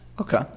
Okay